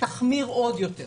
"תחמיר עוד יותר".